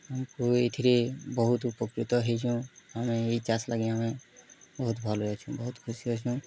ଆମ୍କୁ ଏଥିରେ ବହୁତ୍ ଉପକୃତ ହେଇଚୁଁ ଆମେ ଇ ଚାଷ୍ ଲାଗି ଆମେ ବହୁତ୍ ଭଲ୍ରେ ଅଛୁ ବହୁତ୍ ଖୁସ୍ ଅଛୁ